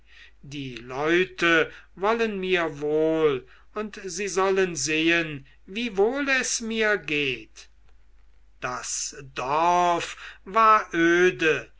die leute wollen mir wohl und sie sollen sehen wie wohl es mir geht das dorf war öde